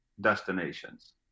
destinations